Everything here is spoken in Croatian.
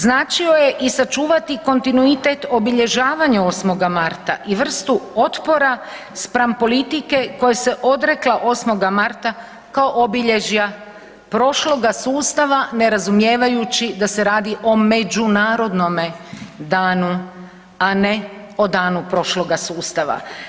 Značio je i sačuvati kontinuitet obilježavanja 8. marta i vrstu otpora spram politike koja se odrekla 8. marta kao obilježja prošloga sustava ne razumijevajući da se radi o međunarodnome danu, a ne o danu prošloga sustava.